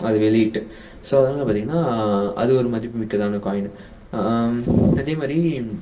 அது வெளியிட்டு ஸோ அதனால பார்த்தீங்கனா அது ஒரு மதிப்பு மிக்கதான காயினு அதேமாதிரி